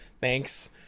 thanks